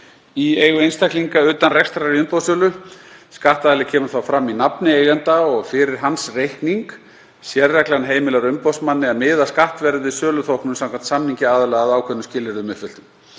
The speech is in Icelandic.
í eigu einstaklinga utan rekstrar í umboðssölu. Skattaðili kemur þá fram í nafni eiganda og fyrir hans reikning. Sérreglan heimilar umboðsmanni að miða skattverð við söluþóknun samkvæmt samningi aðila að ákveðnum skilyrðum uppfylltum.